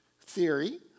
theory